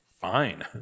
Fine